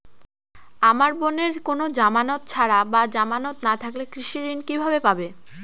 আমার বোনের কোন জামানত ছাড়া বা জামানত না থাকলে কৃষি ঋণ কিভাবে পাবে?